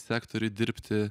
sektoriuj dirbti